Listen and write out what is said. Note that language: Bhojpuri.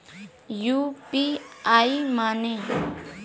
यू.पी.आई माने?